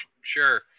Sure